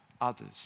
others